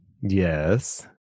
Yes